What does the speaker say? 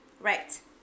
Right